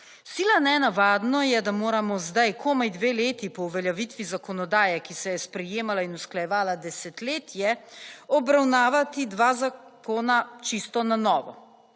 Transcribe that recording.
Sila nenavadno je, da moramo zdaj komaj dve leti po uveljaviti zakonodaje, ki se je sprejemala in usklajevala desetletje obravnavati dva zakona čisto na novo.